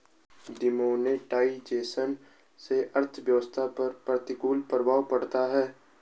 demonetisation से अर्थव्यवस्था पर प्रतिकूल प्रभाव पड़ता है